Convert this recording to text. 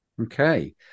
Okay